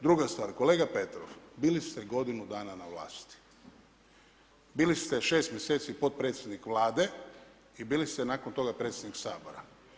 Druga stvar, kolega Petrov, bili ste godinu dana na vlasti, bili ste 6 mjeseci potpredsjednik Vlade i bili ste nakon toga predsjednik Sabora.